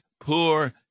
poor